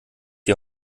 die